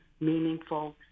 meaningful